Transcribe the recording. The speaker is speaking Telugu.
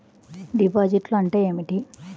డిపాజిట్లు అంటే ఏమిటి?